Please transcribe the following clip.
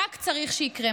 רק צריך שיקרה.